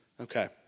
Okay